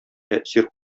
тәэсир